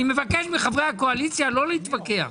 אני מבקש מחברי הקואליציה לא להתווכח.